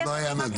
זה לא היה נדון,